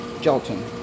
gelatin